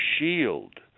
shield